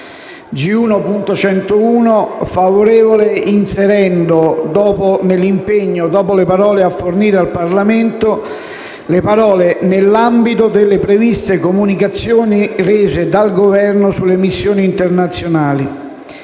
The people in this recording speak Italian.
è favorevole inserendo nel dispositivo, dopo le parole: «a fornire al Parlamento», le parole: «nell'ambito delle previste comunicazioni rese dal Governo sulle missioni internazionali».